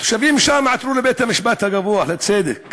התושבים שם עתרו לבית-המשפט הגבוה לצדק,